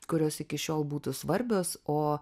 kurios iki šiol būtų svarbios o